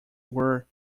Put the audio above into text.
were